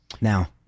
Now